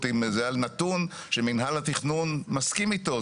על נתון שמינהל התכנון מסכים איתו.